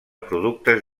productes